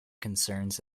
concerns